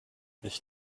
ich